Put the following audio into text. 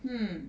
hmm